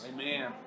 Amen